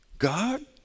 God